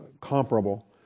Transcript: comparable